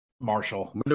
Marshall